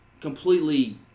completely